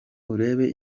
urebe